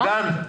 מיכל?